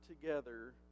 together